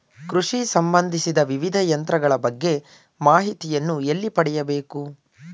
ಕೃಷಿ ಸಂಬಂದಿಸಿದ ವಿವಿಧ ಯಂತ್ರಗಳ ಬಗ್ಗೆ ಮಾಹಿತಿಯನ್ನು ಎಲ್ಲಿ ಪಡೆಯಬೇಕು?